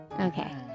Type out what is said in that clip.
Okay